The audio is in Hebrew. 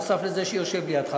נוסף לזה שיושב לידך.